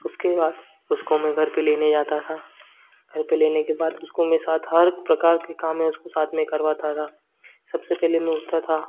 उसके बाद उसको मैं घर पर लेने जाता था घर पर लेने के बाद उसको मैं साथ हर प्रकार के काम में उसके साथ में करवाता था सबसे पहले मैं उठता था